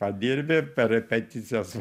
padirbi per repeticijas